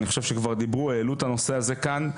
כבר העלו את הנושא הזה כאן.